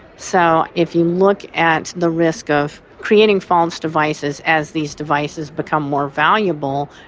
so if you look at the risk of creating false devices as these devices become more valuable,